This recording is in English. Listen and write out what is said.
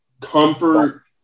comfort